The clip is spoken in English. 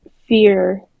fear